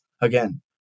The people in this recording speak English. Again